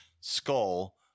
skull